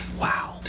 Wow